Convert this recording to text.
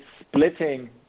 splitting